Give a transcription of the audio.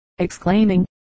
exclaiming